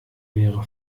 wäre